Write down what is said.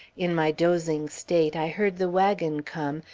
in my dozing state, i heard the wagon come,